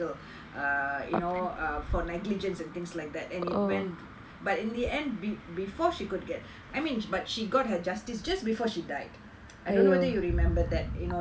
err you know err for negligence and things like that and it went but in the end be~ before she could get I mean but she got her justice just before she died I don't know whether you remember that you know that